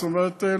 זאת אומרת,